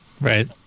Right